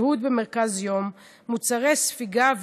שהות במרכז יום ומוצרי ספיגה,